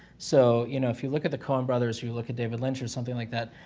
so, you know, if you look at the coen brothers, you look at david lynch, or something like that,